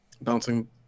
bouncing